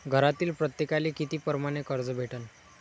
घरातील प्रत्येकाले किती परमाने कर्ज भेटन?